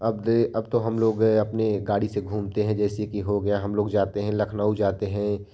अब दे अब तो हम लोग अपने गाड़ी से घूमते हैं जैसे की हो गया हम लोग जाते हैं लखनऊ जाते हैं